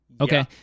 Okay